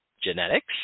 genetics